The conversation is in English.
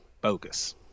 bogus